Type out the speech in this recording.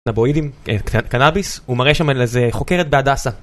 נבואידים, קנאביס, ומראה שם לאיזה חוקרת בהדסה